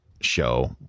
show